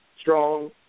strong